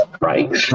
Right